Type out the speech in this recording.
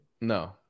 No